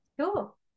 Cool